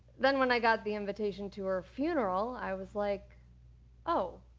then when i got the invitation to her funeral i was like oh,